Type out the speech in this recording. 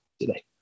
today